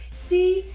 see?